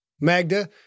Magda